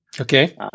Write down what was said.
Okay